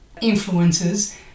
Influences